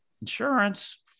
insurance